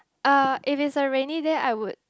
uh if is a rainy day I would